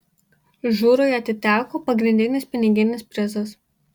žurui atiteko pagrindinis piniginis prizas